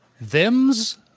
them's